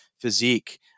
physique